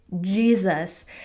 Jesus